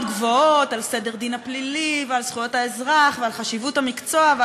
גבוהות על סדר הדין הפלילי ועל זכויות האזרח ועל חשיבות המקצוע.